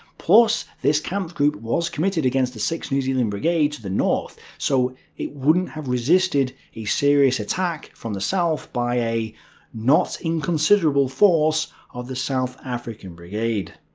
plus this kampfgruppe was committed against the sixth new zealand brigade to the north, so it wouldn't have resisted a serious attack from the south by an not inconsiderable force of the south african brigade.